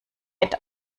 bett